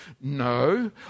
no